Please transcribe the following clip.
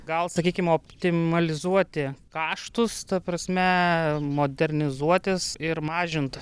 gal sakykim optimalizuoti kaštus ta prasme modernizuotis ir mažint